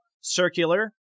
circular